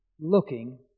looking